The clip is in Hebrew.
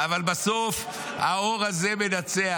אבל בסוף האור הזה מנצח.